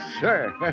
sir